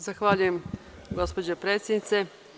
Zahvaljujem gospođo predsednice.